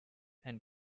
and